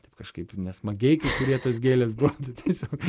taip kažkaip nesmagiai kai kurie tas gėles duoda tiesiog